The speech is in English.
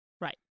right